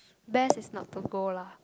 best is not to go lah